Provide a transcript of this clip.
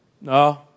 No